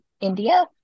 India